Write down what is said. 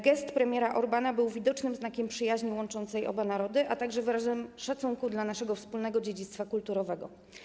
Gest premiera Orbána był widocznym znakiem przyjaźni łączącej oba narody, a także wyrazem szacunku dla naszego wspólnego dziedzictwa kulturowego.